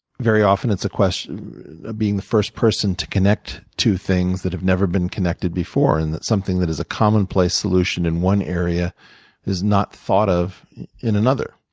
very often, it's a question of being the first person to connect to things that have never been connected before, and something that is a commonplace solution in one area is not thought of in another.